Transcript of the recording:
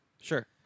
Sure